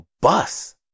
bus